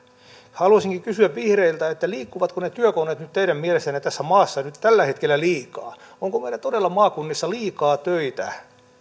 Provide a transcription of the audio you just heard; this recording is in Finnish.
haluaisinkin kysyä vihreiltä liikkuvatko ne työkoneet nyt teidän mielestänne tässä maassa tällä hetkellä liikaa onko meillä todella maakunnissa liikaa töitä